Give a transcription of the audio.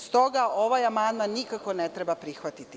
Stoga, ovaj amandman nikako ne treba prihvatiti.